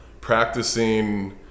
practicing